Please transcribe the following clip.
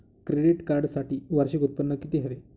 Credit कार्डसाठी वार्षिक उत्त्पन्न किती हवे?